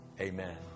Amen